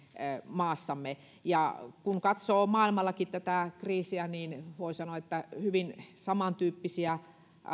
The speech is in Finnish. maassamme kun katsoo maailmallakin tätä kriisiä niin voi sanoa että hyvin samantyyppisiä